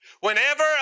Whenever